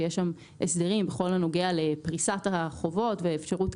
שם יש הסדרים בכל הנוגע לפריסת החובות ואפשרות